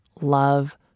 love